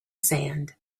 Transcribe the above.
sand